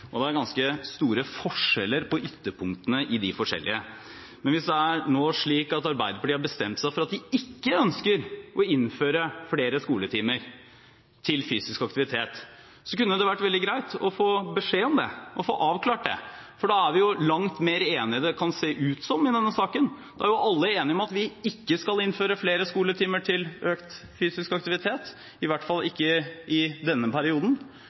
og det er ganske store forskjeller på de forskjellige ytterpunktene. Men hvis det nå er slik at Arbeiderpartiet har bestemt seg for at de ikke ønsker å innføre flere skoletimer til fysisk aktivitet, kunne det vært veldig greit å få beskjed om det, å få avklart det – for da er vi langt mer enige enn det kan se ut som i denne saken. Da er alle enige om at vi ikke skal innføre flere skoletimer til økt fysisk aktivitet, i hvert fall ikke i denne perioden,